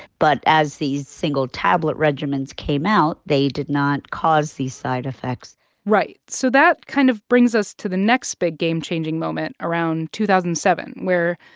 but as these single tablet regimens came out, they did not cause these side effects right. so that kind of brings us to the next big game-changing moment around two thousand and seven, where,